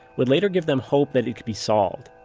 would later give them hope that it could be solved.